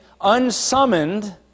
unsummoned